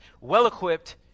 well-equipped